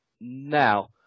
now